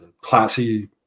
classy